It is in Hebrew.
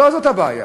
לא זאת הבעיה.